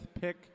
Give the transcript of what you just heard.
pick